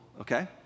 okay